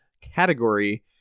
category